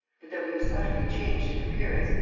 but, though he was utterly changed in appearance,